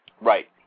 Right